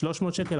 300 שקל,